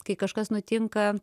kai kažkas nutinka